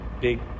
big